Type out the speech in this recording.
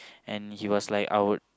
and he was like I would